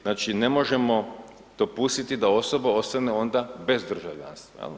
Znači ne možemo dopustiti da osoba ostane onda bez državljanstva.